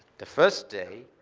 the first day,